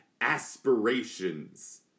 aspirations